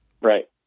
Right